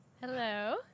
Hello